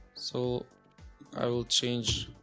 so i will change